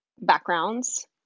backgrounds